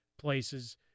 places